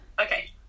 Okay